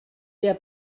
der